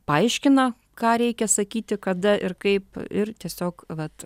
paaiškina ką reikia sakyti kada ir kaip ir tiesiog vat